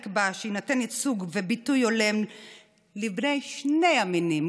נקבע שיינתן ייצוג וביטוי הולם לבני שני המינים,